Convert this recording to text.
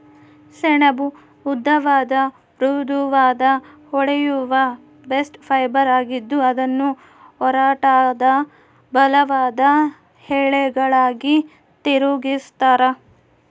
ಸೆಣಬು ಉದ್ದವಾದ ಮೃದುವಾದ ಹೊಳೆಯುವ ಬಾಸ್ಟ್ ಫೈಬರ್ ಆಗಿದ್ದು ಅದನ್ನು ಒರಟಾದ ಬಲವಾದ ಎಳೆಗಳಾಗಿ ತಿರುಗಿಸ್ತರ